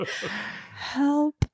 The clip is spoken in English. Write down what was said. help